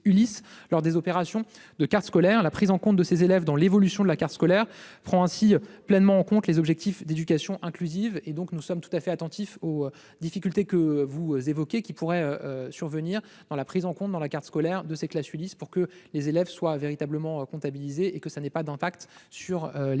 lors des opérations de carte scolaire. La prise en compte de ces élèves dans l'évolution de la carte scolaire prend ainsi pleinement en compte les objectifs d'éducation inclusive. Nous sommes tout à fait attentifs aux difficultés que vous avez évoquées, qui pourraient survenir dans la prise en compte, dans la carte scolaire, de ces classes ULIS, afin que les élèves soient véritablement comptabilisés pour éviter un impact sur les